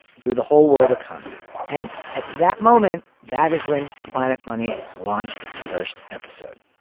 through the whole world economy. and at that moment, that is when planet money launched its first episode